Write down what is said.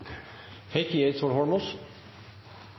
Heikki Eidsvoll Holmås,